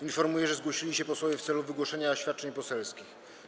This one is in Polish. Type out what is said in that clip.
Informuję, że zgłosili się posłowie w celu wygłoszenia oświadczeń poselskich.